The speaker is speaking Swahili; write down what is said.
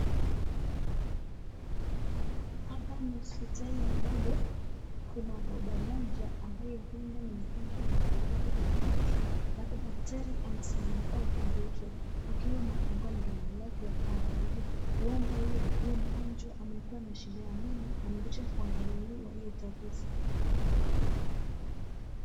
Hapa ni hospitali ambapo kuna baba mmoja ambaye huenda ni mgonjwa amekaa pale kwa kiti. Halafu daktari amesimama pale kando yakeakiwa amefungua mdomo yake kiangalia. Huenda huyo mgomjwa amekuwa na shida ya meno amekuja kuangaliliwa hiyo tatizo.